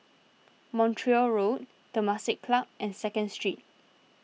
Montreal Road Temasek Club and Second Street